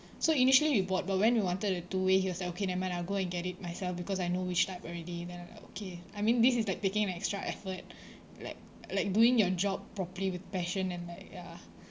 so initially we bought but when we wanted a two-way he was like okay never mind I'll go and get it myself because I know which type already then I'm like okay I mean this is like taking the extra effort like like doing your job properly with passion and like ya